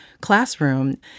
classroom